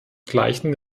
gleichen